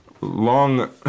long